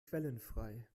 quellenfrei